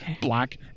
Black